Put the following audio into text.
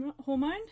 hormone